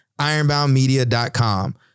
ironboundmedia.com